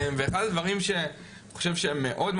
ואחד הדברים שאני חושב שהם מאוד,